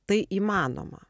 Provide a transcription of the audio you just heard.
tai įmanoma